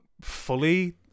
fully